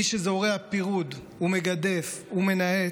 מי שזורע פירוד, מגדף ומנאץ,